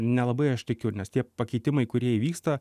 nelabai aš tikiu nes tie pakeitimai kurie įvyksta